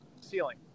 ceiling